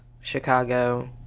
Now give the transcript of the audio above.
Chicago